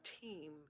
team